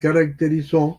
caracterizó